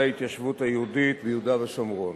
ההתיישבות היהודית ביהודה ושומרון.